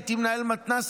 הייתי מנהל מתנ"ס,